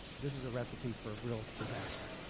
this is a recipe for real disaster,